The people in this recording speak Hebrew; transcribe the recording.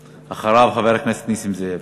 ואחריו, חבר הכנסת נסים זאב.